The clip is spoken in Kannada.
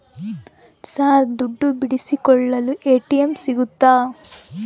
ಸರ್ ದುಡ್ಡು ಬಿಡಿಸಿಕೊಳ್ಳಲು ಎ.ಟಿ.ಎಂ ಸಿಗುತ್ತಾ?